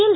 L